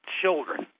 children